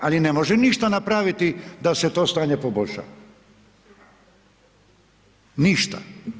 Ali ne može ništa napraviti da se to stanje poboljša, ništa.